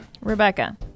Rebecca